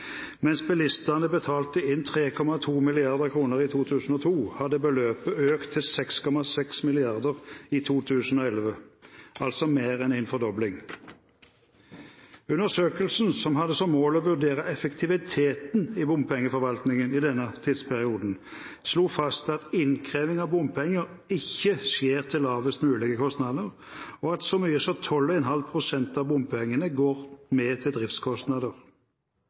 Mens bilistene betalte inn 3,2 mrd. kr i 2002 hadde beløpet økt til 6,6 mrd. kr i 2011, altså mer enn en fordobling. Undersøkelsen, som hadde som mål å vurdere effektiviteten i bompengeforvaltningen i denne tidsperioden, slo fast at innkreving av bompenger ikke skjer til lavest mulige kostnader, og at så mye som 12,5 pst. av bompengene går med til driftskostnader.